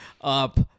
up